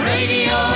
Radio